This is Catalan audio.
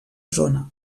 zona